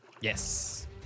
Yes